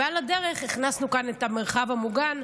ועל הדרך הכנסנו כאן את המרחב המוגן,